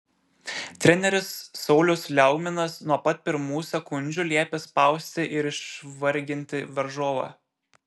treneris saulius liaugminas nuo pat pirmų sekundžių liepė spausti ir išvarginti varžovą